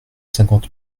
cinquante